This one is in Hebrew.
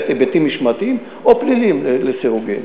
היבטים משמעתיים או פליליים לחלופין.